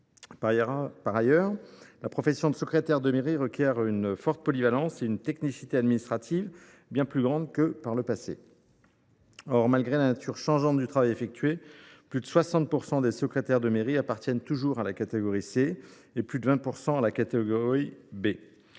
Par ailleurs, la profession de secrétaire de mairie requiert une forte polyvalence et une technicité administrative bien plus grande que par le passé. Pourtant, malgré la nature changeante du travail effectué, plus de 60 % des secrétaires de mairie appartiennent toujours à la catégorie C et plus de 20 % à la catégorie B.